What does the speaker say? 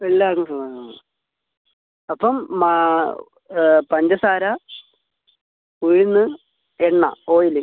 എല്ലാവർക്കും സുഖമാണ് മാമ അപ്പം മാ പഞ്ചസാര ഉഴുന്ന് എണ്ണ ഓയില്